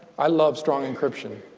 i love strong encryption.